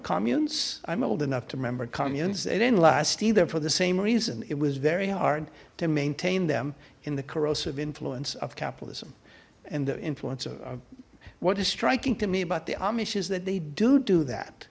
communes i'm old enough to remember communes they didn't last either for the same reason it was very hard to maintain them in the corrosive influence of capitalism and the influence of what is striking to me about the amish is that they do do that